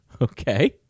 Okay